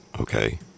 okay